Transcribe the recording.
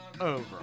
over